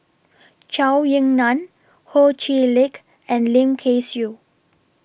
Zhou Ying NAN Ho Chee Lick and Lim Kay Siu